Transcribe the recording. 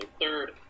third